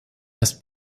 erst